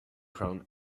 prone